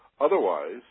Otherwise